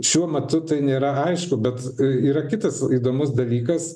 šiuo metu tai nėra aišku bet yra kitas įdomus dalykas